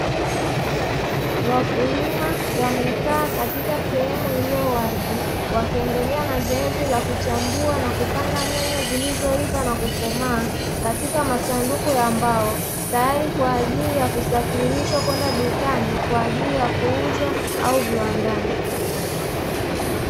Wakulima wamekaa katika sehemu iliyo wazi, wakiendelea na zoezi la kuchambua na kupanga nyanya zilizoiva na kukomaa katika masanduku ya mbao, tayari kwa ajili ya kusafirishwa kwenda dukani kwa ajili ya kuuza au viwandani.